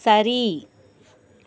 சரி